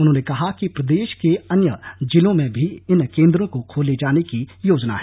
उन्होने कहा कि प्रदेश के अन्य जलों में भी इन केन्द्रो को खोले जाने की योजना है